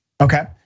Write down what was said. Okay